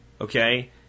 okay